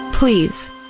Please